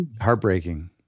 heartbreaking